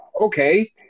Okay